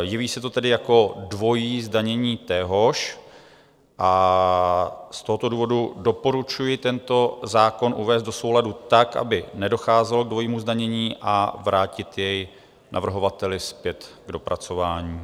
Jeví se to tedy jako dvojí zdanění téhož a z tohoto důvodu doporučuji tento zákon uvést do souladu tak, aby nedocházelo k dvojímu zdanění, a vrátit jej navrhovateli zpět k dopracování.